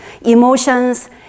emotions